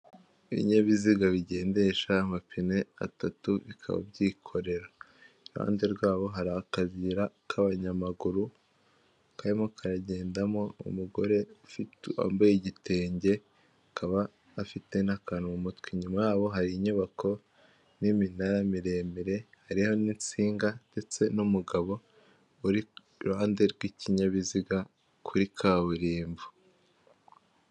Ibinyabiziga bigendesha amapine atatu bikaba byikorera. Iruhande rwabyo hari akayira k'abanyamaguru karimo karagendamo umugore wambaye igitenge akaba afite n'akantu k’umutwe. Inyuma yabyo hari inyubako n'iminara miremire, hari n'insinga ndetse n'umugabo uri iruhande rw'ikinyabiziga kuri kaburimbo.